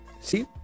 See